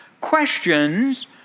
questions